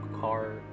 car